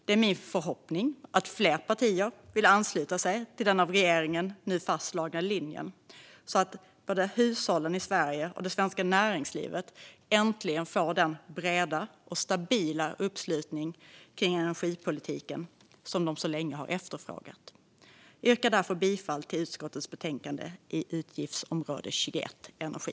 Det är min förhoppning att fler partier vill ansluta sig till den av regeringen nu fastslagna linjen, så att hushållen i Sverige och det svenska näringslivet äntligen får den breda och stabila uppslutning runt energipolitiken som de så länge har efterfrågat. Jag yrkar därför bifall till förslaget i utskottets betänkande på utgiftsområde 21 Energi.